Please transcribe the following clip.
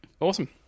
awesome